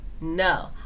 No